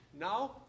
Now